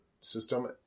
system